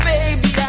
Baby